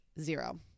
zero